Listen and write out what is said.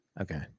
Okay